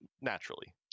naturally